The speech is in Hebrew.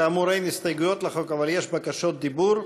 כאמור, אין הסתייגויות לחוק, אבל יש בקשות דיבור.